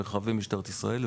מרחבי משטרת ישראל,